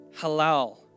halal